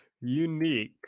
Unique